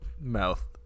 mouth